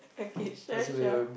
okay sure sure